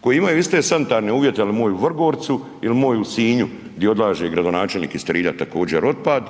koji imaju iste sanitarne uvjete jel moj u Vrgorcu jel moj u Sinju gdje odlaže gradonačelnik iz Trilja također otpad.